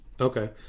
okay